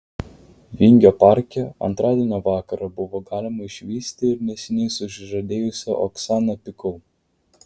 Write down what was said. vingio parke antradienio vakarą buvo galima išvysti ir neseniai susižadėjusią oksaną pikul